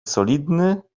solidny